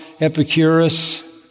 Epicurus